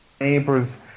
neighbors